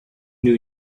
new